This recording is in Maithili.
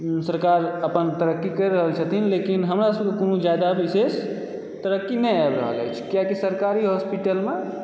सरकार अपन तरक्की करि रहल छथिन लेकिन हमरा सभकेँ कोनो जादा विशेष तरक्की नहि आबि रहल अछि किआकि सरकारी हॉस्पिटलमे